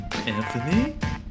Anthony